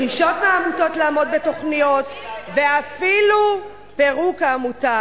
דרישות מהעמותות לעמוד בתוכניות ואפילו פירוק העמותה.